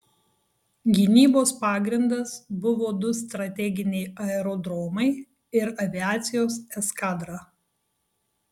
gynybos pagrindas buvo du strateginiai aerodromai ir aviacijos eskadra